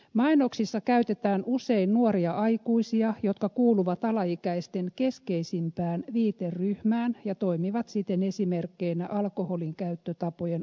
mainoksissa käytetään usein nuoria aikuisia jotka kuuluvat alaikäisten keskeisimpään viiteryhmään ja toimivat siten esimerkkeinä alkoholin käyttötapojen omaksumisessa